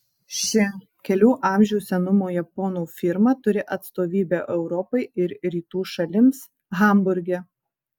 ši kelių amžių senumo japonų firma turi atstovybę europai ir rytų šalims hamburge